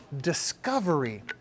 discovery